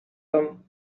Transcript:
them